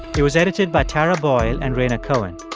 it was edited by tara boyle and rhaina cohen.